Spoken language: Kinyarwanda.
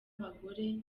abagore